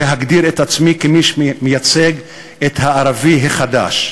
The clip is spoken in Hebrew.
להגדיר את עצמי כמי שמייצג את הערבי החדש,